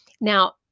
Now